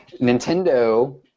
Nintendo